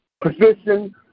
position